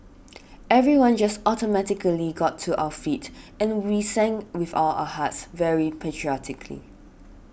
everyone just automatically got to our feet and we sang with all our hearts very patriotically